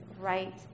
right